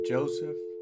Joseph